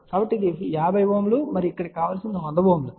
కాబట్టి ఇది 50 Ω మరియు ఇక్కడ కావలసినది 100 Ω